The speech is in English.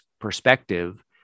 perspective